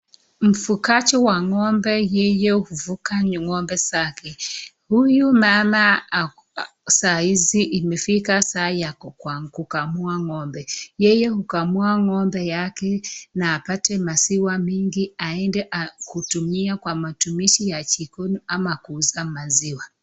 Mfugaji wa ng'ombe yeye hufuga ng'ombe. Huyu mama saa hizi imefika saa ya kukamua ng'ombe. Yeye hukamua ng'ombe yake na apate maziwa mengi aede kutumia kwa matumizi ya jikoni ama kuuza maziwa.